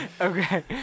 Okay